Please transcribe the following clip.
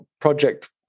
project